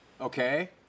okay